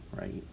right